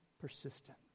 persistent